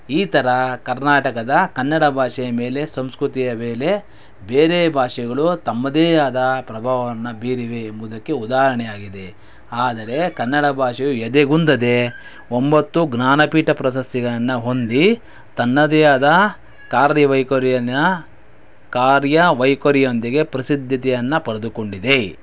ಈ ಥರ ಕರ್ನಾಟಕದ ಕನ್ನಡ ಭಾಷೆಯ ಮೇಲೆ ಸಂಸ್ಕೃತಿಯ ಬೇರೆ ಬೇರೆ ಭಾಷೆಗಲು ತಮ್ಮದೇ ಆದ ಪ್ರಭಾವವನ್ನು ಬೀರಿವೆ ಎಂಬುದಕ್ಕೆ ಉದಾಹರಣೆಯಾಗಿದೆ ಆದರೆ ಕನ್ನಡ ಭಾಷೆಯು ಎದೆಗುಂದದೆ ಒಂಬತ್ತು ಜ್ಞಾನಪೀಠ ಪ್ರಶಸ್ತಿಗಳನ್ನು ಹೊಂದಿ ತನ್ನದೇ ಆದ ಕಾರ್ಯ ವೈಖರಿಯನ್ನು ಕಾರ್ಯ ವೈಖರಿಯೊಂದಿಗೆ ಪ್ರಸಿದ್ಧತೆಯನ್ನು ಪಡೆದುಕೊಂಡಿದೆ